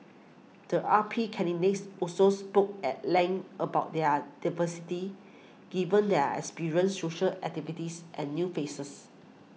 the R P candidates also spoke at length about their diversity given there are experienced social activists and new faces